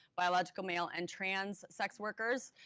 biological male, and trans sex workers.